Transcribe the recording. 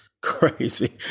crazy